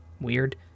Weird